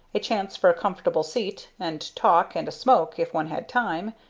a chance for a comfortable seat and talk and a smoke, if one had time,